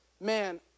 man